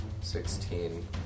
Sixteen